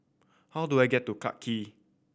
how do I get to Clarke Quay